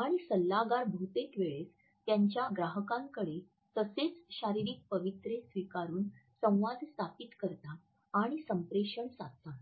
आणि सल्लागार बहुतेक वेळेस त्यांच्या ग्राहकांकडे तसेच शारीरिक पवित्रे स्वीकारून संवाद स्थापित करतात आणि संप्रेषण साधतात